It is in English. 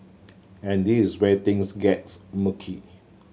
and this is where things gets murky